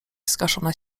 zgaszone